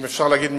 אם אפשר להגיד,